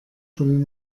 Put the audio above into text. von